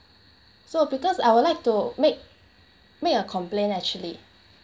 so because I would like to make make a complaint actually